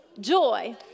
joy